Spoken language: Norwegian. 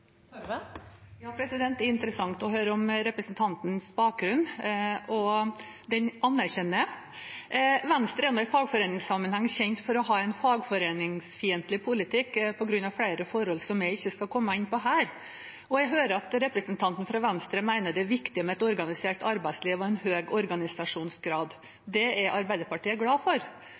Det er interessant å høre om representantens bakgrunn, og den anerkjenner jeg. Venstre er i fagforeningssammenheng kjent for å ha en fagforeningsfiendtlig politikk på grunn av flere forhold som jeg ikke skal komme inn på her. Jeg hører at representanten fra Venstre mener det er viktig med et organisert arbeidsliv og en høy organisasjonsgrad. Det er Arbeiderpartiet glad for.